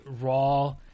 Raw